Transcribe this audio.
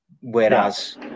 whereas